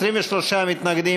23 מתנגדים,